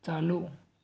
चालू